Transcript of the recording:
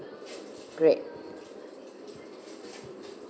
great